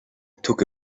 took